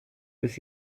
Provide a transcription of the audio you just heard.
bis